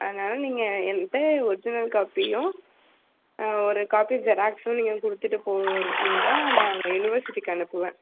அதனாலே நீங்கள் என்கிட்ட ஒர்ஜினல் காப்பியும் ஒரு காப்பி ஜெராக்ஸும் நீங்கள் கொடுத்துட்டு போனிங்கனா நான் அந்த யூனிவர்சிட்டிக்கு அனுப்புவேன்